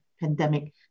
pandemic